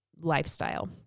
lifestyle